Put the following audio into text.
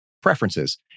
preferences